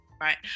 right